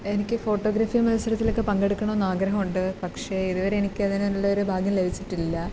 എനിക്ക് ഫോട്ടോഗ്രാഫി മത്സരത്തിലൊക്കെ പങ്കെടുക്കണമെന്ന് അഗ്രഹമുണ്ട് പക്ഷേ ഇതുവരെ എനിക്ക് അതിനുള്ള ഒരു ഭാഗ്യം ലഭിച്ചിട്ടില്ല